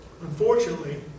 Unfortunately